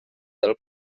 del